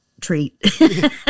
treat